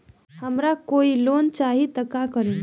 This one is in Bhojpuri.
हमरा कोई लोन चाही त का करेम?